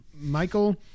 Michael